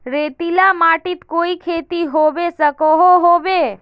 रेतीला माटित कोई खेती होबे सकोहो होबे?